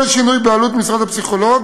כל שינוי בעלות משרת הפסיכולוג